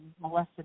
molested